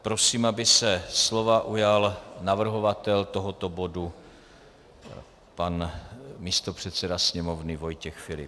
Prosím, aby se slova ujal navrhovatel tohoto bodu, pan místopředseda Sněmovny Vojtěch Filip.